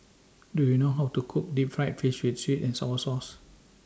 Do YOU know How to Cook Deep Fried Fish with Sweet and Sour Sauce